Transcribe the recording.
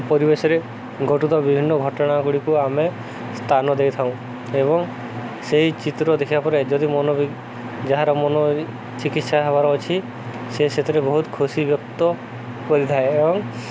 ପରିବେଶରେ ଘଟୁଥିବା ବିଭିନ୍ନ ଘଟଣା ଗୁଡ଼ିକୁ ଆମେ ସ୍ଥାନ ଦେଇଥାଉଁ ଏବଂ ସେହି ଚିତ୍ର ଦେଖିବା ପରେ ଯଦି ମନ ବି ଯାହାର ମନ ଚିକିତ୍ସା ହେବାର ଅଛି ସେ ସେଥିରେ ବହୁତ ଖୁସି ବ୍ୟକ୍ତ କରିଥାଏ ଏବଂ